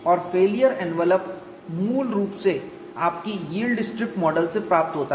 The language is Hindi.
और फेलियर लिफाफा मूल रूप से आपकी यील्ड स्ट्रिप मॉडल से प्राप्त होता है